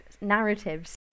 narratives